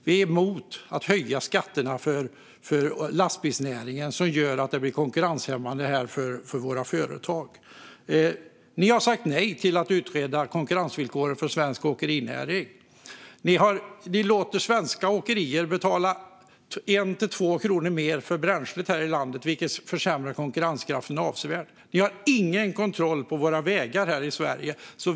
Vi är emot att höja skatterna för lastbilsnäringen, eftersom det hämmar konkurrenskraften för våra företag. Ni har sagt nej till att utreda konkurrensvillkoren för svensk åkerinäring. Ni låter svenska åkerier betala 1-2 kronor mer för bränslet här i landet, vilket avsevärt försämrar konkurrenskraften. Ni har ingen kontroll på våra vägar här i Sverige.